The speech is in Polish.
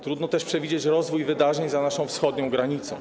Trudno też przewidzieć rozwój wydarzeń za naszą wschodnią granicą.